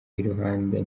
iruhande